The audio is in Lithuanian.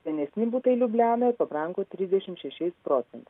senesni butai liublianoje pabrango trisdešimt šešiais procentais